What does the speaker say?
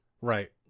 Right